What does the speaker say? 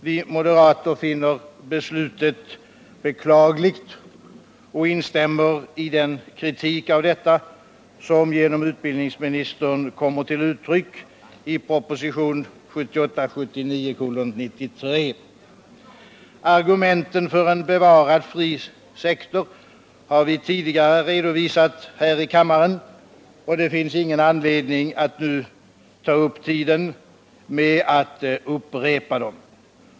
Vi moderater finner beslutet beklagligt och instämmer i den kritik av detta som genom utbildningsministern kommer till uttryck i propositionen 1978/79:93. Argumenten för en bevarad fri sektor har vi tidigare redovisat här i kammaren, och det finns ingen anledning att nu ta upp tid med att upprepa dem.